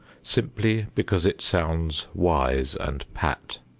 simply because it sounds wise and pat.